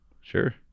sure